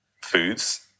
foods